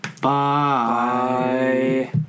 Bye